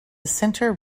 center